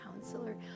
counselor